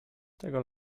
tego